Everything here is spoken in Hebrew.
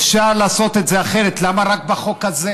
אפשר לעשות את זה אחרת, למה רק בחוק הזה?